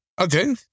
Okay